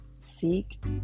seek